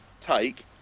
take